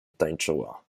tańczyła